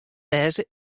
wêze